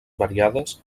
variades